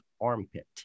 Armpit